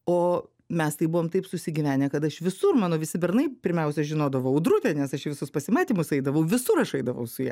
o mes tai buvom taip susigyvenę kad aš visur mano visi bernai pirmiausia žinodavo audrutę nes aš į visus pasimatymus eidavau visur aš eidavau su ja